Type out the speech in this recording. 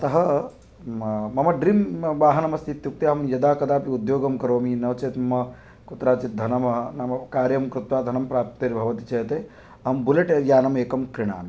अतः मम ड्रीम् वाहनं अस्ति इत्युक्ते अहं यदा कदापि उद्योगं करोमि नो चेत् मम कुत्रचित् धनं नाम कार्यं कृत्वा धनं प्राप्तिर्भवति चेत् अहं बुलेट् यानम् एकं क्रीणामि